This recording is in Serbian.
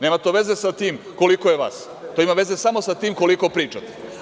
Nema to veze sa tim koliko je vas, to ima veze samo sa tim koliko pričate.